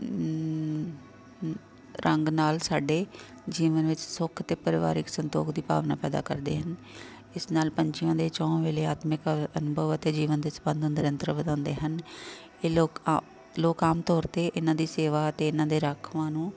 ਰੰਗ ਨਾਲ ਸਾਡੇ ਜੀਵਨ ਵਿੱਚ ਸੁੱਖ ਅਤੇ ਪਰਿਵਾਰਿਕ ਸੰਤੋਖ ਦੀ ਭਾਵਨਾ ਪੈਦਾ ਕਰਦੇ ਹਨ ਇਸ ਨਾਲ ਪੰਛੀਆਂ ਦੇ ਚੌਹ ਵੇਲੇ ਆਤਮਿਕ ਅਨੁਭਵ ਅਤੇ ਜੀਵਨ ਦੇ ਸੰਬੰਧ ਅੰਦਰ ਅੰਤਰ ਵਧਾਉਂਦੇ ਹਨ ਇਹ ਲੋਕ ਆ ਲੋਕ ਆਮ ਤੌਰ 'ਤੇ ਇਹਨਾਂ ਦੀ ਸੇਵਾ ਅਤੇ ਇਹਨਾਂ ਦੇ ਰੱਖਵਾਂ ਨੂੰ